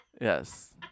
Yes